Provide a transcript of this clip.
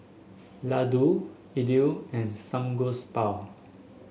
Ladoo Idili and Samgeyopsal